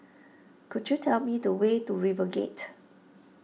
could you tell me the way to RiverGate